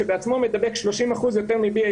שבעצמו מדבק 30% יותר מ-1BA.